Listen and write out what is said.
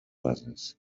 bases